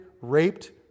raped